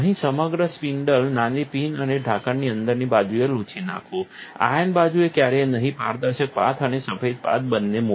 અહીં સમગ્ર સ્પિન્ડલ નાની પિન અને ઢાંકણની અંદરની બાજુને લૂછી નાંખો આયન બાજુએ ક્યારેય નહી પારદર્શક પાથ અને સફેદ પાથ બંને મૂકો